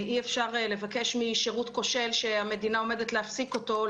אי אפשר לבקש משירות כושל שהמדינה עומדת להפסיק אותו,